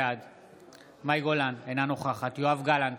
בעד מאי גולן, אינה נוכחת יואב גלנט,